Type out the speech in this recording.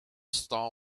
star